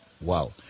Wow